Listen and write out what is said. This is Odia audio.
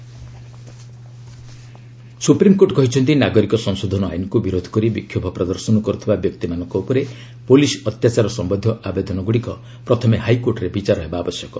ଏସ୍ସି ପ୍ରୋଟେଷ୍ଟ ସୁପ୍ରିମ୍କୋର୍ଟ କହିଛନ୍ତି ନାଗରିକ ସଂଶୋଧନ ଆଇନକୁ ବିରୋଧ କରି ବିକ୍ଷୋଭ ପ୍ରଦର୍ଶନ କରୁଥିବା ବ୍ୟକ୍ତିମାନଙ୍କ ଉପରେ ପୁଲିସ୍ ଅତ୍ୟାଚାର ସମ୍ଭନ୍ଧୀୟ ଆବେଦନଗୁଡ଼ିକ ପ୍ରଥମେ ହାଇକୋର୍ଟରେ ବିଚାର ହେବା ଆବଶ୍ୟକ